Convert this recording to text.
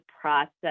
process